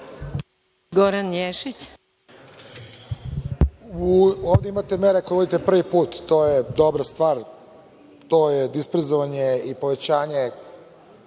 **Goran Ješić** Ovde imate mere koje uvodite prvi put. To je dobra stvar, to je disperzovanje i povećanje